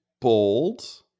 bold